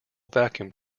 vacuum